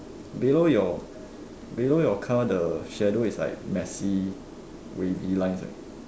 below your below your car the shadow is like messy wavy lines right